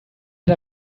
der